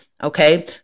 Okay